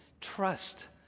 trust